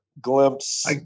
glimpse